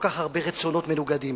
כל כך הרבה רצונות מנוגדים